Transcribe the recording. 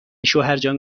شوهرجان